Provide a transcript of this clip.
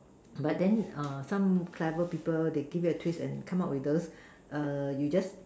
but then some clever people they give a twist and come up with those you just